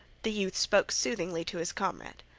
the youth spoke soothingly to his comrade.